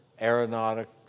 Aeronautics